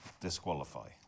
disqualify